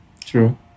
true